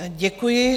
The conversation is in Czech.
Děkuji.